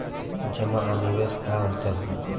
जमा आ निवेश में का अंतर ह?